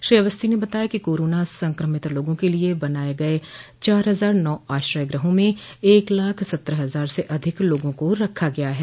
श्री अवस्थी ने बताया कि कोरोना संक्रमित लोगों के लिये बनाये गये चार हजार नौ आश्रय गृहों में एक लाख सत्रह हजार से अधिक लोगों को रखा गया है